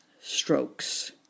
strokes